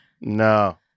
no